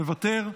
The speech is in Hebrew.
מוותר.